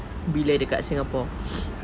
bila dekat singapore